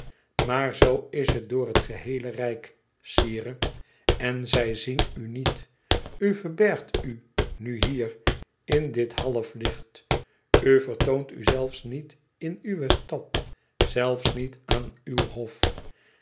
maar zoo is het door het geheele rijk sire en zij zien u niet u verbergt u nu hier in dit halflicht u vertoont u zelfs niet in uwe stad zelfs niet aan uw hof